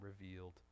revealed